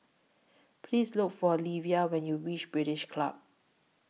Please Look For Livia when YOU REACH British Club